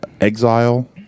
Exile